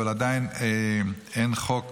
אבל עדיין אין חוק